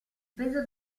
peso